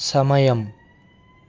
సమయం